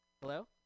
Hello